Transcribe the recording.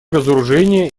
разоружения